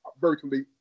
virtually